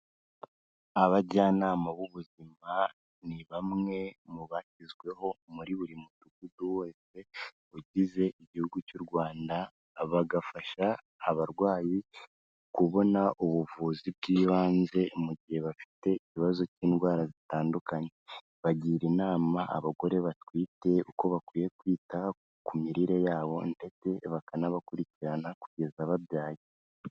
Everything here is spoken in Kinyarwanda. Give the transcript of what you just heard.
Abajyanama b'ubuzima ni bamwe mu bashyizweho muri buri mudugudu wose ugize igihugu cy'u Rwanda, bagafasha abarwayi kubona ubuvuzi bw'ibanze mu gihe bafite ikibazo cy'indwara zitandukanye. Bagira inama abagore batwite uko bakwiye kwita ku mirire yabo, ndetse bakanabakurikirana kugeza babyaye.